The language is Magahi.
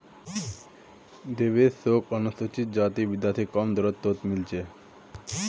देवेश शोक अनुसूचित जाति विद्यार्थी कम दर तोत मील छे